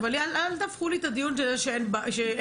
אבל אל תהפכו לי את הדיון ותגידו שאין בעיה.